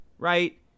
Right